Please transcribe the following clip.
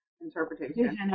interpretation